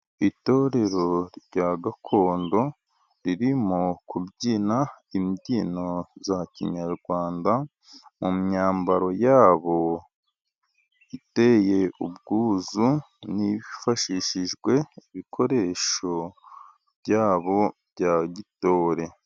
Itorero rya gakondo ririmo kubyina imbyino za kinyarwanda, mu myambaro yabo iteye ubwuzu, hifashishijwe ibikoresho byabo bya gitorere.